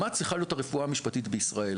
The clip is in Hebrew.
מה צריכה להיות הרפואה המשפטית בישראל.